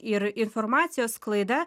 ir informacijos sklaida